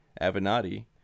Avenatti